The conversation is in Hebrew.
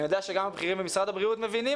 אני יודע שגם הבכירים במשרד הבריאות מבינים